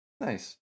nice